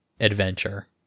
adventure